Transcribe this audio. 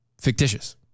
fictitious